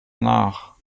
nach